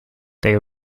they